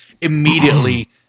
immediately